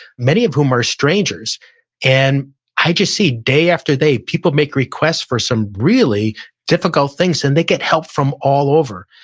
many of whom are strangers and i just see day after day, people make requests for some really difficult things and they get help from all over.